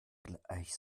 gleich